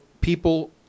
people